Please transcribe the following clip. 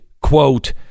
quote